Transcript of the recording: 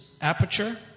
aperture